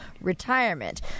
retirement